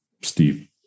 Steve